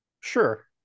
Sure